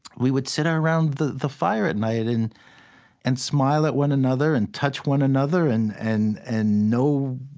we would sit around the the fire at night and and smile at one another and touch one another and and and know